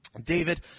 David